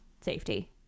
safety